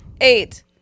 Eight